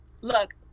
look